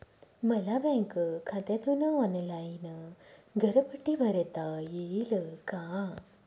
मला बँक खात्यातून ऑनलाइन घरपट्टी भरता येईल का?